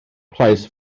price